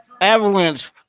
Avalanche